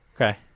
Okay